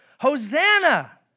Hosanna